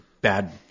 bad